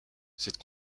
cette